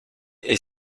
est